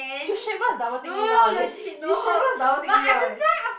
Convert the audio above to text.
you should know it's double tick me nowadays you should know it's double tick me nowadays